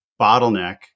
bottleneck